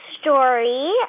story